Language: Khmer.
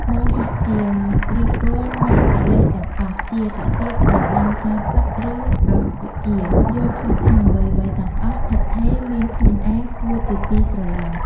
មោហៈ ជាឫសគល់នៃកិលេសទាំងអស់ ជាសភាពមិនដឹងការពិត ឬ អវិជ្ជា យល់ខុសថា អ្វីៗទាំងអស់ឋិតថេរ មានខ្លួនឯង គួរជាទីស្រលាញ់។